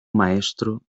maestro